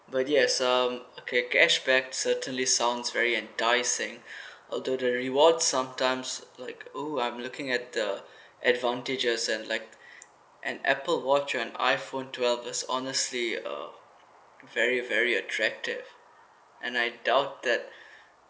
but yes um okay cashback certainly sounds very enticing although the rewards sometimes like oh I'm looking at the advantages and like an apple watch and iphone twelve honestly uh very very attractive and I doubted